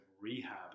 rehab